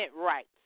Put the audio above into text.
rights